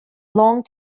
long